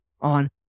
on